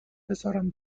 بذارم